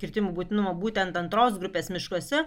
kirtimų būtinumo būtent antros grupės miškuose